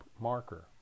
marker